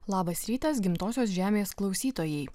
labas rytas gimtosios žemės klausytojai